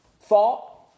thought